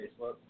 Facebook